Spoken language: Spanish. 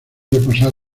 reposar